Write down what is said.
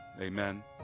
Amen